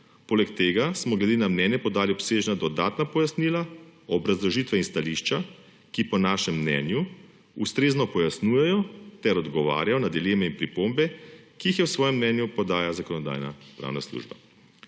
Poleg tega smo glede na mnenje podali obsežna dodatna pojasnila, obrazložitve in stališča, ki po našem mnenju ustrezno pojasnjujejo ter odgovarjajo na dileme in pripombe, ki jih je v svojem mnenju podala Zakonodajno-pravna služba.